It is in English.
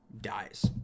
dies